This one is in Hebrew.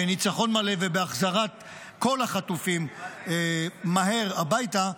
בניצחון מלא ובהחזרת כל החטופים מהר הביתה,